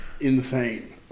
insane